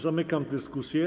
Zamykam dyskusję.